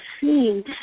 seen